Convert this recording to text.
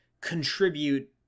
contribute